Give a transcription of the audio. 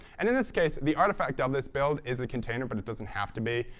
and in this case the artifact of this build is a container, but it doesn't have to be.